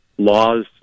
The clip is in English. Laws